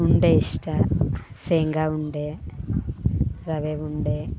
ಉಂಡೆ ಇಷ್ಟ ಶೇಂಗಾ ಉಂಡೆ ರವೆ ಉಂಡೆ